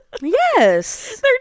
yes